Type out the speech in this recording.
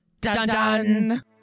Dun-dun